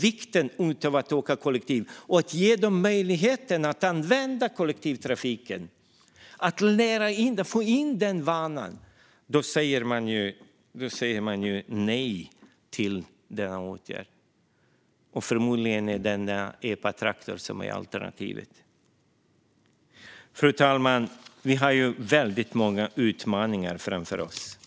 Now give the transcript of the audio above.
vikten av att åka kollektivt och att ge dem möjligheten att använda kollektivtrafiken och få in den vanan. Men man säger nej till denna åtgärd. Förmodligen är det epatraktor som är alternativet. Fru talman! Vi har väldigt många utmaningar framför oss.